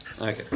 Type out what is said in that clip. Okay